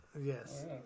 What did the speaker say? Yes